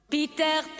Peter